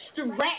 Stretch